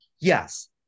Yes